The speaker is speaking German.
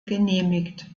genehmigt